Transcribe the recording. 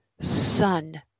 son